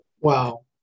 Wow